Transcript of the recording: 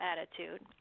attitude